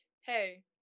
Hey